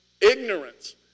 ignorance